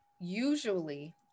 usually